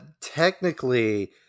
technically